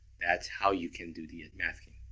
that's how you can do the masking.